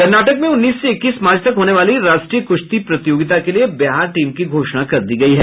कर्नाटक में उन्नीस से इक्कीस मार्च तक होने वाली राष्ट्रीय कुश्ती प्रतियोगिता के लिए बिहार टीम की घोषणा कर दी गयी है